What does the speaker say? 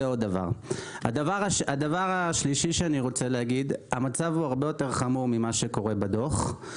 הדבר השלישי שאני רוצה להגיד המצב הוא הרבה יותר חמור ממה שקורה בדוח.